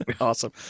Awesome